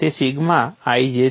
તે sigma ij છે